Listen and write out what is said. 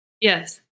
Yes